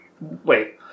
Wait